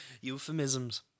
Euphemisms